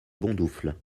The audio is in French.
bondoufle